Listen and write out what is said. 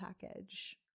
package